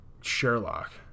Sherlock